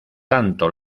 tanto